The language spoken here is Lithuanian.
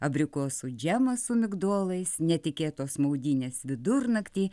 abrikosų džemas su migdolais netikėtos maudynės vidurnaktį